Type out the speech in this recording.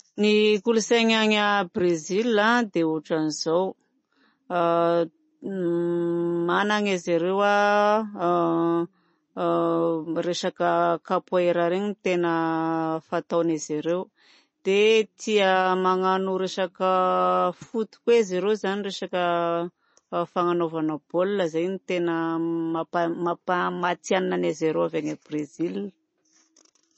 Ny kolontsaina any Brezila dia ohatran'izao manana zareo resaka kapoera reny tena fataon'i zareo dia tia magnano resaka foot koa izy ireo. Zany resaka fagnanaovana baolina zay no tena mampa-matihanina an'i zareo avy any Brezila.